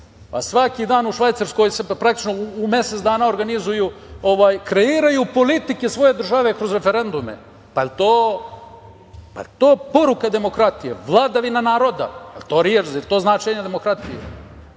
A svaki dan u Švajcarskoj, praktično u mesec dana organizuju, kreiraju politike svoje države kroz referendume. Pa, jel to poruka demokratije, vladavine naroda? Jel to značenje demokratije?